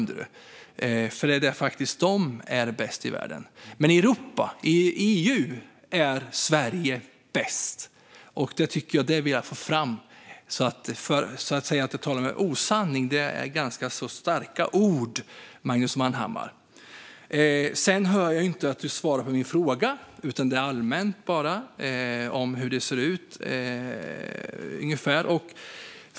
De är faktiskt bäst i världen. Men i EU är Sverige bäst. Det vill jag få fram. Att jag skulle fara med osanning är ganska starka ord, Magnus Manhammar. Jag hör dessutom inte något svar på min fråga, utan du talar bara allmänt om hur det ser ut.